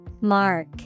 mark